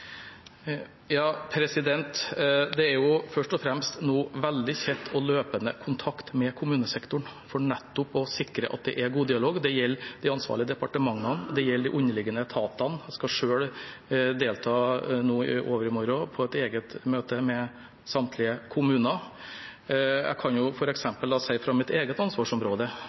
Det er nå først og fremst veldig tett og løpende kontakt med kommunesektoren for nettopp å sikre at det er god dialog. Det gjelder de ansvarlige departementene og de underliggende etatene. Jeg skal selv delta i overmorgen på et eget møte med samtlige kommuner. Jeg kan fra mitt eget ansvarsområde